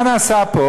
מה נעשה פה?